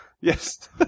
Yes